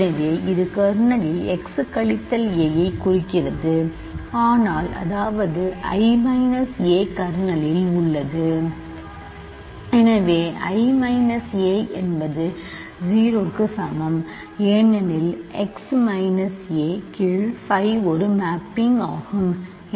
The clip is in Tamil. எனவே இது கர்னலில் x கழித்தல் a ஐ குறிக்கிறது ஆனால் அதாவது i a கர்னலில் உள்ளது எனவே I மைனஸ் a என்பது 0 க்கு சமம் ஏனெனில் x மைனஸ் a கீழ் phi ஒரு மேப்பிங் ஆகும்